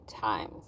times